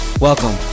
Welcome